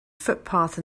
footpath